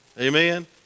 Amen